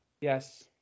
Yes